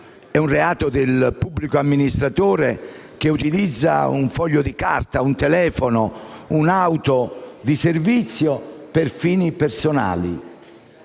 commesso dal pubblico amministratore che utilizza un foglio di carta, un telefono o un'auto di servizio per fini personali.